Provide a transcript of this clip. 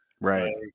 right